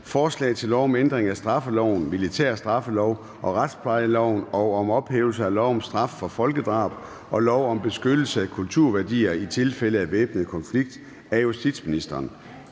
Forslag til lov om ændring af straffeloven, militær straffelov og retsplejeloven og om ophævelse af lov om straf for folkedrab og lov om beskyttelse af kulturværdier i tilfælde af væbnet konflikt. (Visse